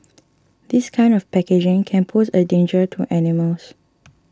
this kind of packaging can pose a danger to animals